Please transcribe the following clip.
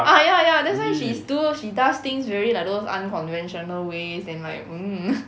ah ya ya that's why she's too she does things very like those unconventional ways and like mm